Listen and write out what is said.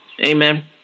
Amen